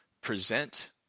present